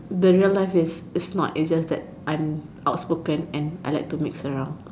the real life is is not it's just that I am outspoken and I like to mix around